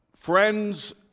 friends